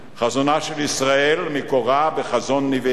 חזונה של ישראל מקורו בחזון נביאיה,